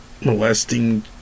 molesting